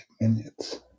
minutes